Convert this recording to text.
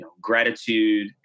gratitude